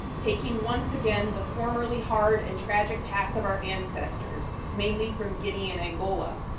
taking once again the formerly hard and tragic path of our ancestors, mainly from guinea and angola,